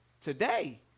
today